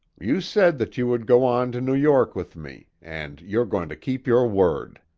you said that you would go on to new york with me, and you're going to keep your word.